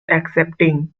accepting